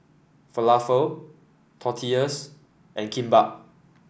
Falafel Tortillas and Kimbap